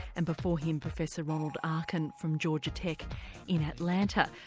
and before him professor ronald arkin from georgia tech in atlanta,